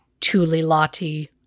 Tulilati